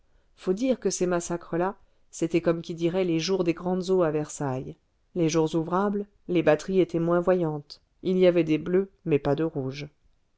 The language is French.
faut dire que ces massacres là c'était comme qui dirait les jours des grandes eaux à versailles les jours ouvrables les batteries étaient moins voyantes il y avait des bleus mais pas de rouge